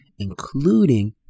including